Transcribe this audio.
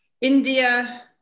India